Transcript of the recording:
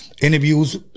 interviews